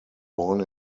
born